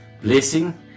blessing